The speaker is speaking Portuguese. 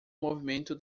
movimento